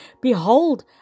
behold